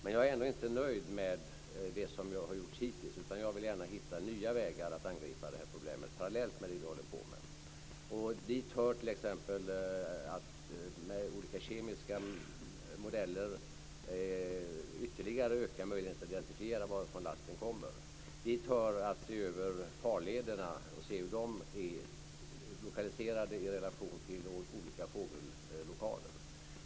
Men jag är ändå inte nöjd med det som har gjorts hittills, utan jag vill gärna hitta nya vägar att angripa det här problemet på parallellt med det vi håller på med. Dit hör t.ex. att med olika kemiska modeller ytterligare öka möjligheterna att identifiera varifrån lasten kommer. Dit hör att se över farlederna och se hur de är lokaliserade i relation till olika fågellokaler.